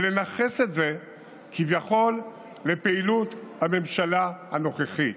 ולנכס את זה כביכול לפעילות הממשלה הנוכחית.